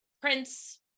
Prince